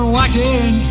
watching